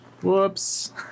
whoops